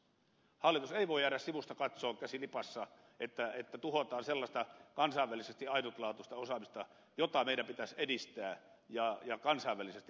hallitus ei voi jäädä sivusta katsomaan käsi lipassa kun tuhotaan sellaista kansainvälisesti ainutlaatuista osaamista jota meidän pitäisi edistää ja kansainvälisesti myöskin tukea